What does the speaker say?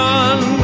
Run